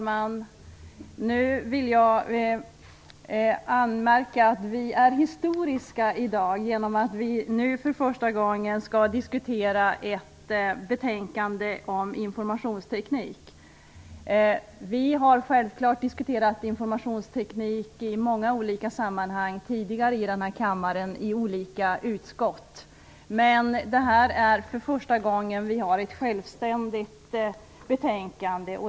Herr talman! Jag vill anmärka att vi är historiska i dag genom att vi nu för första gången skall diskutera ett betänkande om informationsteknik. Vi har självfallet diskuterat informationsteknik i många olika sammanhang tidigare, i denna kammare och i olika utskott, men det här är första gången som vi har ett självständigt betänkande.